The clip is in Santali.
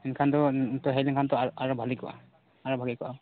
ᱮᱱᱠᱷᱟᱱ ᱫᱚ ᱱᱚᱛᱮ ᱦᱮᱡ ᱞᱮᱱᱠᱷᱟᱱ ᱛᱚ ᱟᱨᱚ ᱵᱷᱟᱞᱮ ᱠᱚᱜᱼᱟ ᱟᱨᱚ ᱵᱟᱜᱮ ᱠᱚᱜᱼᱟ